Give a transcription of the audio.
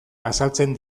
azaltzen